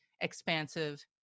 expansive